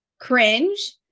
cringe